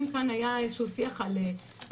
אם כאן היה שיח על המגע,